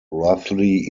roughly